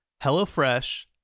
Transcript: HelloFresh